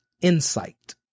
insight